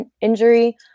injury